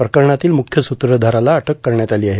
प्रकरणातील मुख्य सूत्रधाराला अटक करण्यात आली आहे